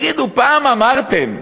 תגידו, פעם אמרתם,